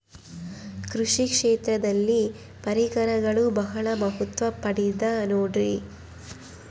ಕೃಷಿ ಕ್ಷೇತ್ರದಲ್ಲಿ ಪರಿಕರಗಳು ಬಹಳ ಮಹತ್ವ ಪಡೆದ ನೋಡ್ರಿ?